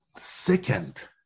second